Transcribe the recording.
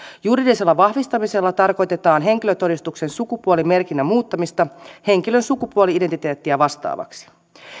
juridisella vahvistamisella tarkoitetaan henkilötodistuksen sukupuolimerkinnän muuttamista henkilön sukupuoli identiteettiä vastaavaksi